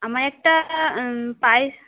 আমার একটা পায়েস